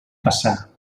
passar